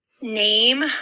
name